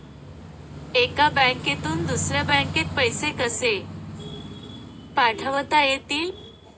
एका बँकेतून दुसऱ्या बँकेत पैसे कसे पाठवता येतील?